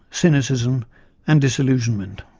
cynicism and disillusionment.